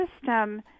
system